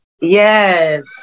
Yes